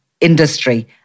industry